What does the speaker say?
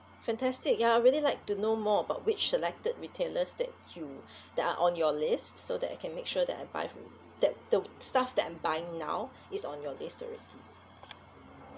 fantastic ya I really like to know more about which selected retailers that you that are on your list so that I can make sure that I buy from that the stuff that I'm buying now is on your list already